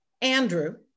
Andrew